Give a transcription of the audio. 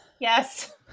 Yes